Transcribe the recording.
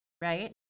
right